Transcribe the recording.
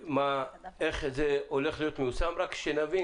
איך זה הולך להיות מיושם כדי שנבין,